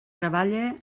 treballe